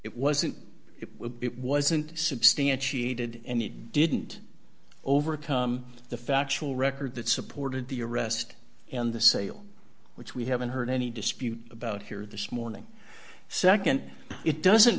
would it wasn't substantiated and it didn't overcome the factual record that supported the arrest and the sale which we haven't heard any dispute about here this morning nd it doesn't